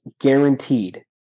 guaranteed